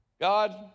God